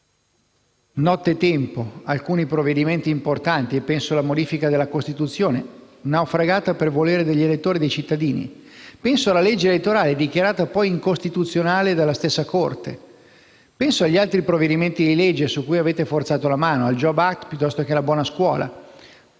nottetempo alcuni provvedimenti importanti. Mi riferisco alla modifica della Costituzione, naufragata per volere degli elettori e alla legge elettorale, dichiarata poi incostituzionale dalla stessa Corte. Penso ad altri provvedimenti di legge su cui avete forzato la mano: al *jobs* *act* piuttosto che alla buona scuola,